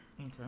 Okay